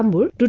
um were